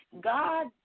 God